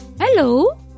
Hello